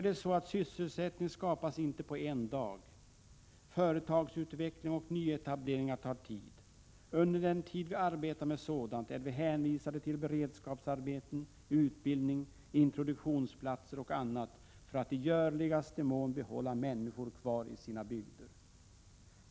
Men sysselsättning skapas inte på en dag. Företagsutveckling och nyetableringar tar tid. Under den tid vi arbetar med sådant är vi hänvisade till beredskapsarbeten, utbildning, introduktionsplatser och annat för att i görligaste mån behålla människorna kvar i sina bygder.